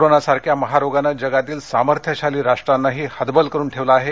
कोरोनासारख्या महारोगानं जगातील सामर्थ्यशाली राष्ट्रांनाही हतबल करून ठेवलं आहे